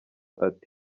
ati